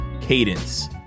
cadence